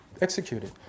executed